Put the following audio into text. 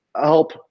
help